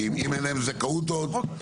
כי אם אין להם זכאות אז --- נכון,